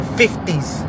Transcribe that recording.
50's